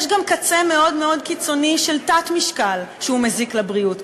יש גם קצה מאוד מאוד קיצוני של תת-משקל שמזיק לבריאות.